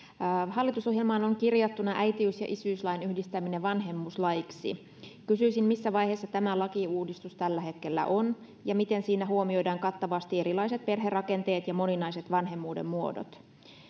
hallitusohjelmaan on kirjattuna äitiys ja isyyslain yhdistäminen vanhemmuuslaiksi kysyisin missä vaiheessa tämä lakiuudistus tällä hetkellä on ja miten siinä huomioidaan kattavasti erilaiset perherakenteet ja moninaiset vanhemmuuden muodot